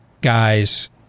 guys